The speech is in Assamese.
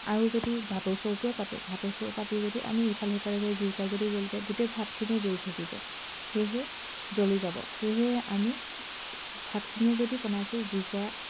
আৰু যদি ভাতৰ চৰুটোৱে পাতো ভাতৰ চৰু পাতি যদি আমি ইফাল সিফাল কৰি জুইকুৰা যদি জ্বলি যায় গোটেই ভাতখিনিয়ে দেই থাকিব সেয়েহে জ্বলি যাব সেয়েহে আমি ভাতখিনি যদি বনাইছো জুইকুৰা